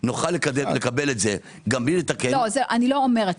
נוכל לקבל את זה גם בלי לתקן- -- אני לא אומרת.